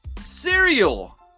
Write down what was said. Cereal